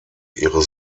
ihre